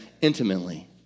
intimately